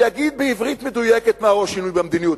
שיגיד בעברית מדויקת מה הוא השינוי במדיניות.